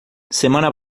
semana